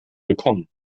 willkommen